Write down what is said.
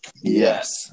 Yes